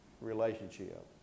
relationship